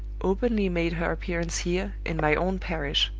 openly made her appearance here, in my own parish!